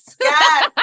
Yes